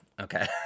Okay